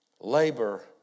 Labor